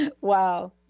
Wow